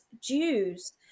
Jews